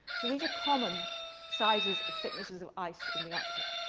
so these are common sizes of thicknesses of ice in the arctic.